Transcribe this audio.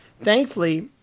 thankfully